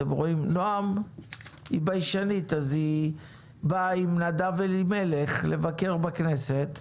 נעם היא ביישנית אז היא באה עם נדב אלימלך לבקר בכנסת.